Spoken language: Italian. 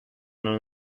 non